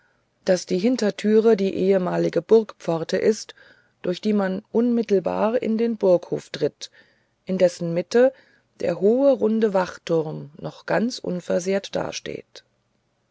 daß die hintertüre die ehemalige burgpforte ist durch die man unmittelbar in den burghof tritt in dessen mitte der hohe runde wachturm noch ganz unversehrt dasteht